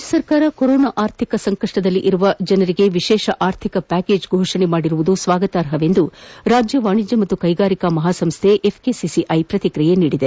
ರಾಜ್ಣ ಸರ್ಕಾರ ಕೊರೋನಾ ಆರ್ಥಿಕ ಸಂಕಷ್ಷದಲ್ಲಿರುವ ಜನರಿಗೆ ವಿಶೇಷ ಆರ್ಥಿಕ ಪ್ವಾಕೇಜ್ ಫೋಷಣೆ ಮಾಡಿರುವುದು ಸ್ವಾಗತಾರ್ಹವೆಂದು ರಾಜ್ಯ ವಾಣಿಜ್ಯ ಮತ್ತು ಕೈಗಾರಿಕಾ ಮಹಾಸಂಸ್ಥೆ ಎಫ್ಕೆಸಿಐ ಪ್ರತಿಕ್ರಿಯಿಸಿದೆ